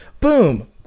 Boom